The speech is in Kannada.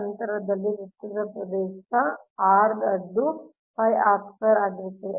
ಅಂತರದಲ್ಲಿ ವೃತ್ತದ R ಪ್ರದೇಶ ಆಗಿರುತ್ತದೆ